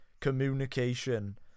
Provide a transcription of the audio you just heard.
communication